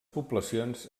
poblacions